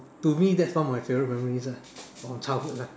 to me that's one of my favourite memories lah from childhood lah